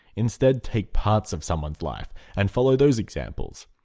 instead take parts of someone's life and follow those examples.